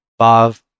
bav